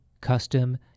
custom